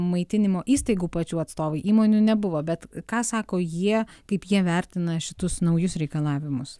maitinimo įstaigų pačių atstovai įmonių nebuvo bet ką sako jie kaip jie vertina šitus naujus reikalavimus